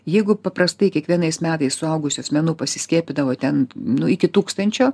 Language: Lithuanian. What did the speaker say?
jeigu paprastai kiekvienais metais suaugusių asmenų pasiskiepydavo ten nu iki tūkstančio